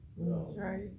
Right